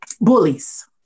bullies